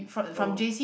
oh